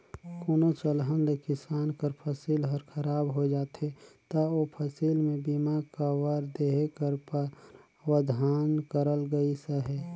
कोनोच अलहन ले किसान कर फसिल हर खराब होए जाथे ता ओ फसिल में बीमा कवर देहे कर परावधान करल गइस अहे